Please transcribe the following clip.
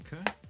Okay